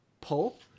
pull